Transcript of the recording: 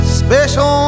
special